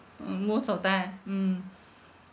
mm most of time mm